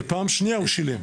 ופעם שנייה הוא שילם.